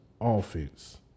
offense